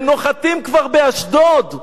הם נוחתים כבר באשדוד.